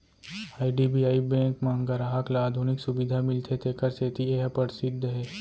IDBI bank म गराहक ल आधुनिक सुबिधा मिलथे तेखर सेती ए ह परसिद्ध हे